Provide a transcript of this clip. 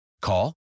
Call